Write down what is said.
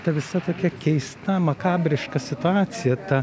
ta visa tokia keista makabriška situacija ta